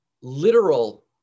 literal